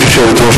ברשות יושבת-ראש